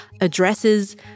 addresses